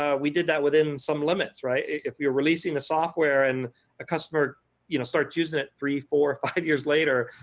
ah we did that within some limits right. if you are releasing a software when and a customer you know starts using it, three, four, five years later,